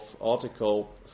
Article